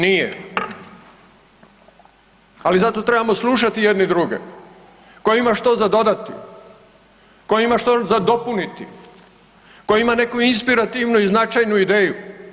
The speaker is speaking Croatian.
Nije, ali zato trebamo slušati jedni druge, koji ima što za dodati, koji ima što za dopuniti, koji ima neku inspirativnu i značajnu ideju.